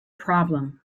problem